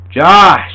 Josh